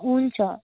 हुन्छ